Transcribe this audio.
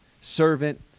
servant